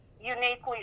uniquely